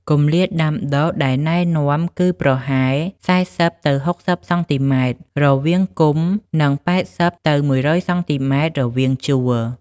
គម្លាតដាំដុះដែលណែនាំគឺប្រហែល ៤០ ទៅ ៦០ សង់ទីម៉ែត្រ រវាងគុម្ព និង ៨០ ទៅ ១០០ សង់ទីម៉ែត្រ រវាងជួរ។